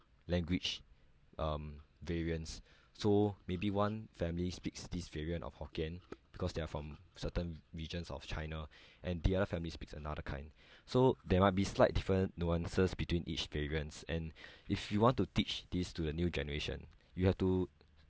language um variance so maybe one family speaks this variant of hokkien because they are from certain regions of china and the other family speaks another kind so there might be slight different nuances between each variance and if you want to teach these to the new generation you have to